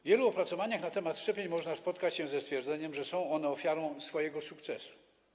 W wielu opracowaniach na temat szczepień można spotkać się ze stwierdzeniem, że są one ofiarą swojego sukcesu.